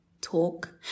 talk